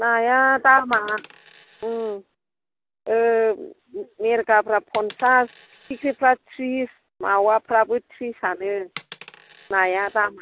नाया दामा उम मिरगाफ्रा फनचास फिथिख्रिफ्रा थ्रिस मावाफ्राबो थ्रिसआनो नाया दामा